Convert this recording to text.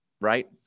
right